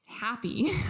happy